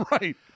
right